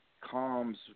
calms